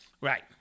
Right